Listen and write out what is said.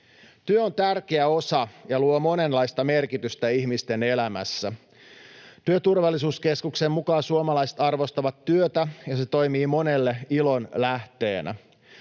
Työ on tärkeä osa ja luo monenlaista merkitystä ihmisten elämässä. Työturvallisuuskeskuksen mukaan suomalaiset arvostavat työtä, ja se toimii monelle ilon lähteenä.